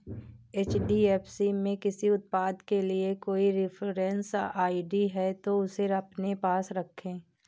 HDFC में किसी उत्पाद के लिए कोई रेफरेंस आई.डी है, तो उसे अपने पास रखें